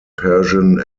persian